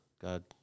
God